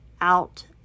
out